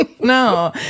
No